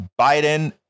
Biden